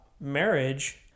marriage